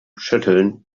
schütteln